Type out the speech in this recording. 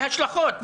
השלכות.